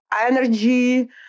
energy